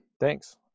thanks